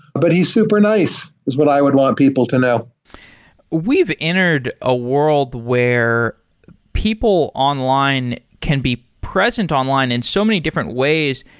but he's super nice is what i would want people to know we've entered a world where people online can be present online in so many different ways.